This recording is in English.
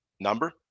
number